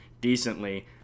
decently